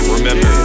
Remember